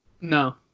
no